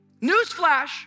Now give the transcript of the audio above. newsflash